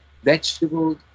vegetables